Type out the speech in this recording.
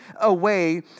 away